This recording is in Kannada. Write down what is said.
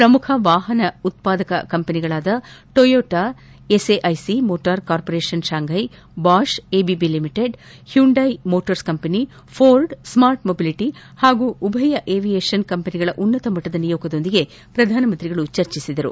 ಪ್ರಮುಖ ವಾಪನ ಉತ್ಪಾದಕ ಕಂಪನಿಗಳಾದ Toyota SAIC motor corporation Shanghai Bosch ಎಐಐ limited Hyundai Motors company Ford smart mobility ಹಾಗೂ ಉಭಯ ಎವಿಯೇಷನ್ ಕಂಪನಿಗಳ ಉನ್ನತ ಮಟ್ಟದ ನಿಯೋಗದೊಂದಿಗೆ ಪ್ರಧಾನಮಂತ್ರಿ ಚರ್ಚಿಸಿದರು